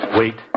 wait